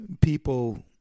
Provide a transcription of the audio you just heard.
people